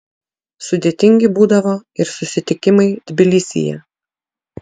sudėtingi būdavo ir susitikimai tbilisyje